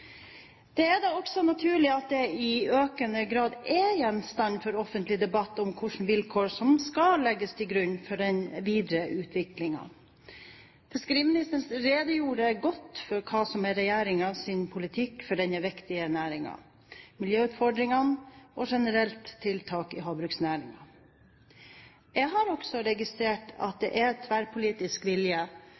Det er da også naturlig at hvilke vilkår som skal legges til grunn for den videre utviklingen, i økende grad er gjenstand for offentlig debatt. Fiskeriministeren redegjorde godt for hva som er regjeringens politikk for denne viktige næringen, miljøutfordringene og generelt tiltak i havbruksnæringen. Jeg har registrert at det er tverrpolitisk vilje